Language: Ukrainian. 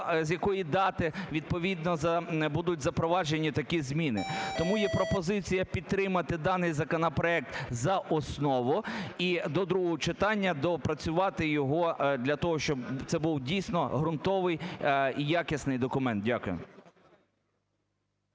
З якої дати відповідно будуть запроваджені такі зміни? Тому є пропозиція підтримати даний законопроект за основу і до другого читання доопрацювати його для того, щоб це був дійсно ґрунтовний і якісний документ. Дякую.